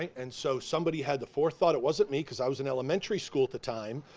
and so somebody had the forethought, it wasn't me cause i was in elementary school at the time,